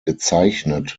gezeichnet